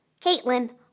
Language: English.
Caitlin